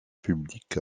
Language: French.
public